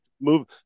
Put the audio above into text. move